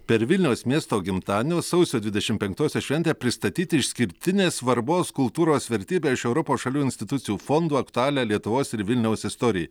per vilniaus miesto gimtadienio sausio dvidešim penktosios šventę pristatyti išskirtinės svarbos kultūros vertybę iš europos šalių institucijų fondų aktualią lietuvos ir vilniaus istorijai